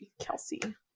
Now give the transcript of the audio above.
Kelsey